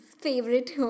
favorite